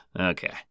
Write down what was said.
Okay